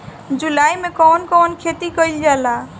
जुलाई मे कउन कउन खेती कईल जाला?